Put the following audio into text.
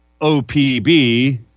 OPB